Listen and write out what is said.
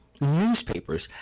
newspapers